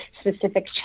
specific